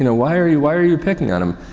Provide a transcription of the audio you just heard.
and why are you, why are you picking on him.